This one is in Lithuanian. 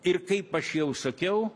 ir kaip aš jau sakiau